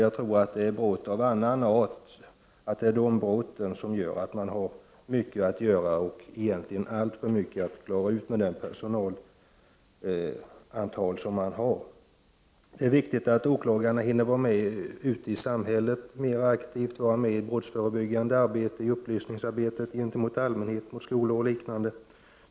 Jag tror att det är brott av annan art som är anledningen till att man har mycket att göra, att man egentligen har alltför mycket att klara ut i förhållande till den personalstyrka man har tillgång till. Det är viktigt att åklagarna hinner vara med mera aktivt ute i samhället, vara med i brottsförebyggande arbete, i upplysningsverksamhet riktad till allmänheten, skolor och liknande.